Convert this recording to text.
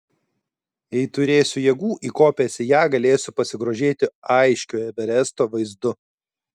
jei turėsiu jėgų įkopęs į ją galėsiu pasigrožėti aiškiu everesto vaizdu